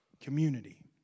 Community